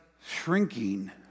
shrinking